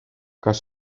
kas